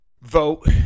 vote